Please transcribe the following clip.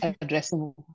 addressing